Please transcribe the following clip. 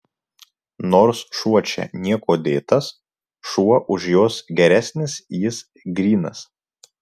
nors šuo čia niekuo dėtas šuo už juos geresnis jis grynas